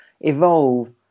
evolve